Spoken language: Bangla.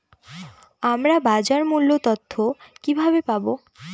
আমরা বাজার মূল্য তথ্য কিবাবে পাবো?